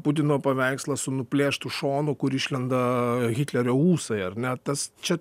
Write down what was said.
putino paveikslas su nuplėštu šonu kur išlenda hitlerio ūsai ar ne tas čia